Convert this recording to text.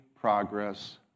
progress